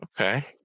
okay